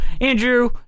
andrew